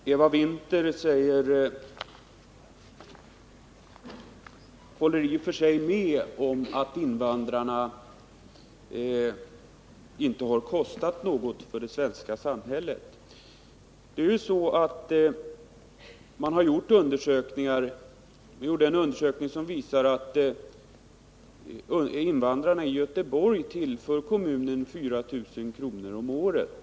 Herr talman! Eva Winther håller i och för sig med om att invandrarna inte har kostat något för det svenska samhället. Det har ju gjorts en undersökning som visar att invandrarna i Göteborg tillför kommunen 4 000 kr. om året.